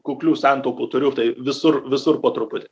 kuklių santaupų turiu tai visur visur po truputį